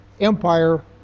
empire